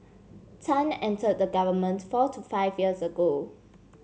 Tan enter the government four to five years ago